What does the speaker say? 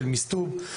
של מסטו"ב,